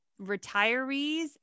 retirees